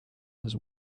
his